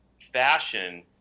fashion